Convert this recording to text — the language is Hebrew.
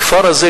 הכפר הזה,